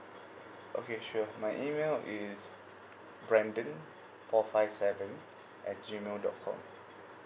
okay sure my email is brandon four five seven at G mail dot com